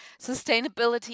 sustainability